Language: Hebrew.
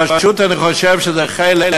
פשוט אני חושב שזה חלק